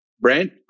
Brand